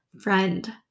Friend